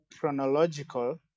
chronological